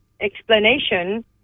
explanation